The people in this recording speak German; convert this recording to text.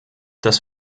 das